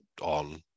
on